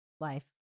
life